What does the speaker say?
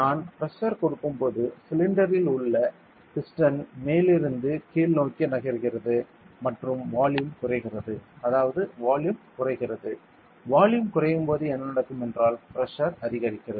நான் பிரஷர் கொடுக்கும்போது சிலிண்டரில் உள்ள பிஸ்டன் மேலிருந்து கீழ் நோக்கி நகர்கிறது மற்றும் வால்யூம் குறைகிறது அதாவது வால்யூம் குறைகிறது வால்யூம் குறையும்போது என்ன நடக்கும் என்றால் பிரஸர் அதிகரிக்கிறது